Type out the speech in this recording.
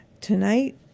Tonight